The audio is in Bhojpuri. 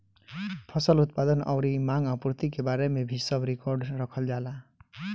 फसल उत्पादन अउरी मांग आपूर्ति के बारे में भी सब रिकार्ड रखल जाला